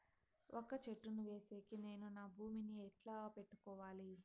వక్క చెట్టును వేసేకి నేను నా భూమి ని ఎట్లా పెట్టుకోవాలి?